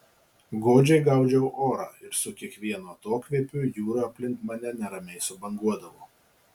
godžiai gaudžiau orą ir su kiekvienu atokvėpiu jūra aplink mane neramiai subanguodavo